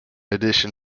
addition